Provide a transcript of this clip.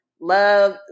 Love